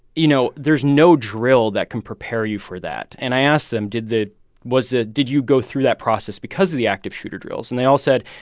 you know, there's no drill that can prepare you for that and i asked them, did the was the did you go through that process because of the active shooter drills? and they all said,